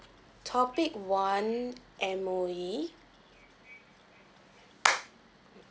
topic one M_O_E